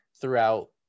throughout